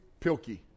Pilkey